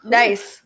nice